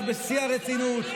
בוודאי שזה נלקח בשיא הרצינות.